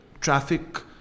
traffic